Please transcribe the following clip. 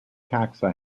taxa